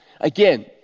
Again